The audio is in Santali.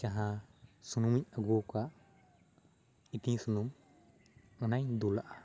ᱡᱟᱦᱟᱸ ᱥᱩᱱᱩᱢ ᱤᱧ ᱟᱹᱜᱩ ᱟᱠᱟᱫᱼᱟ ᱤᱛᱤᱧ ᱥᱩᱱᱩᱢ ᱚᱱᱟᱧ ᱫᱩᱞᱟᱜᱼᱟ